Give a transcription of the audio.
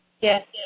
Yes